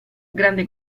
grande